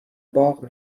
باغ